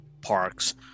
parks